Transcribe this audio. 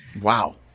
Wow